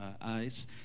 eyes